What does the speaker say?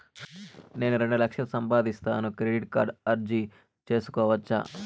నేను రెండు లక్షలు సంపాదిస్తాను, క్రెడిట్ కార్డుకు అర్జీ సేసుకోవచ్చా?